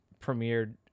premiered